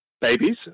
babies